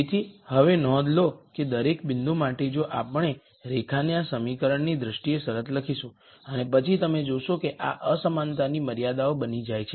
તેથી હવે નોંધ લો કે દરેકબિંદુ માટે જો આપણે રેખાના સમીકરણની દ્રષ્ટિએ શરત લખીશું અને પછી તમે જોશો કે આ અસમાનતાની મર્યાદાઓ બની જાય છે